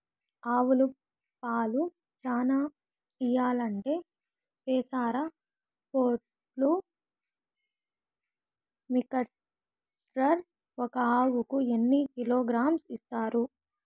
ఆవులు పాలు చానా ఇయ్యాలంటే పెసర పొట్టు మిక్చర్ ఒక ఆవుకు ఎన్ని కిలోగ్రామ్స్ ఇస్తారు?